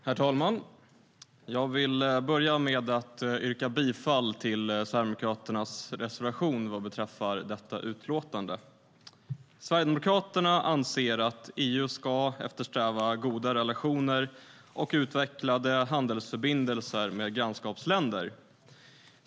Herr talman! Jag vill börja med att yrka bifall till Sverigedemokraternas reservation vad beträffar detta utlåtande. Sverigedemokraterna anser att EU ska eftersträva goda relationer och utvecklade handelsförbindelser med grannskapsländer.